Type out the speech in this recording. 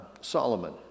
Solomon